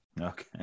Okay